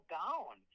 down